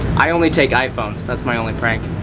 i only take iphones, that's my only prank.